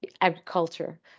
agriculture